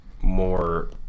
more